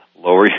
lower